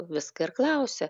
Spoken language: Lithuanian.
viską ir klausia